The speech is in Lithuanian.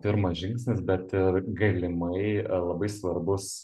pirmas žingsnis bet ir galimai labai svarbus